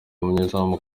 umunyezamu